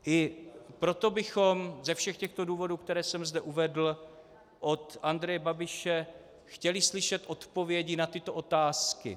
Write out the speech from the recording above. I proto bychom ze všech těchto důvodů, které jsem zde uvedl, od Andreje Babiše chtěli slyšet odpovědi na tyto otázky.